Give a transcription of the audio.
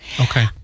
okay